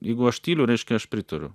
jeigu aš tyliu reiškia aš pritariu